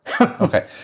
Okay